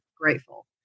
grateful